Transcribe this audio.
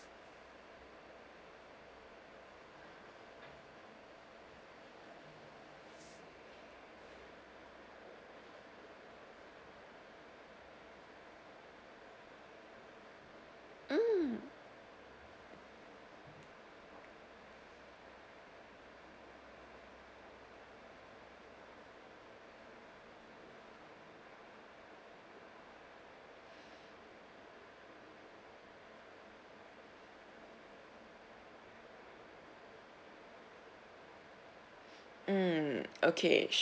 mm mm okay